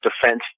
defense